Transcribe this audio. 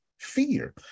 fear